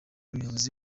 umuyobozi